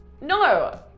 No